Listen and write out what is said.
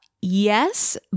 Yes